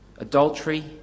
Adultery